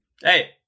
hey